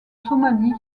somalie